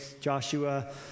Joshua